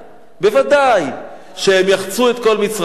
ודאי שהם יחצו את כל מצרים,